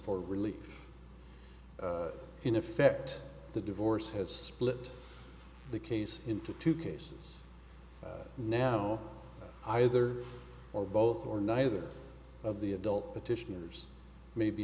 for relief in effect the divorce has split the case into two cases now either or both or neither of the adult petitioners may be